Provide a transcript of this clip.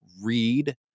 read